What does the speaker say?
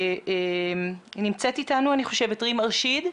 נמצאת איתנו רים ארשיד.